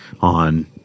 on